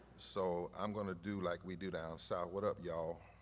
so i'm gonna do like we do down south, what up y'all?